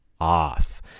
off